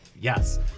yes